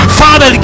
father